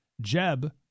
Jeb